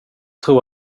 tro